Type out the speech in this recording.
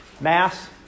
Mass